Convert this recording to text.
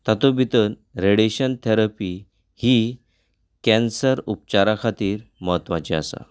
तातूंत भितर radiation therapy ही कँसर उपचारा खातीर म्हत्वाची आसा